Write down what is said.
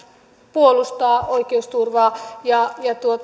puolustaa oikeusturvaa ja